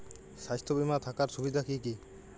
স্বাস্থ্য বিমা থাকার সুবিধা কী কী?